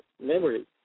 memory